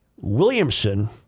Williamson